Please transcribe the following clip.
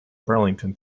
burlington